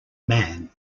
man